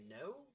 no